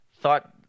thought